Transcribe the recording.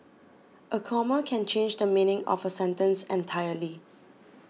a comma can change the meaning of a sentence entirely